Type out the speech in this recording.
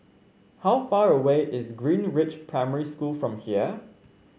how far away is Greenridge Primary School from here